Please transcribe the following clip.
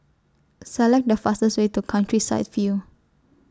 Select The fastest Way to Countryside View